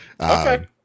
Okay